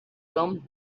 come